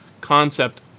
concept